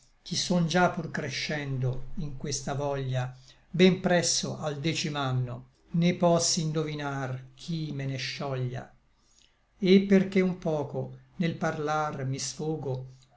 ch'i son già pur crescendo in questa voglia ben presso al decim'anno né poss'indovinar chi me ne scioglia et perché un poco nel parlar mi sfogo